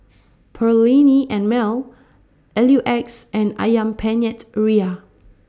Perllini and Mel L U X and Ayam Penyet Ria